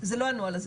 הנוהל הזה.